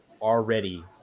already